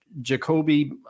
Jacoby –